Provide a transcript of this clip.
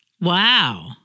Wow